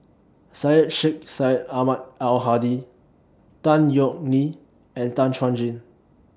Syed Sheikh Syed Ahmad Al Hadi Tan Yeok Nee and Tan Chuan Jin